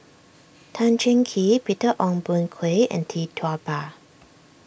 Tan Cheng Kee Peter Ong Boon Kwee and Tee Tua Ba